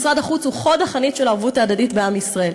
משרד החוץ הוא חוד החנית של הערבות ההדדית בעם ישראל.